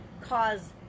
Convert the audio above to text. cause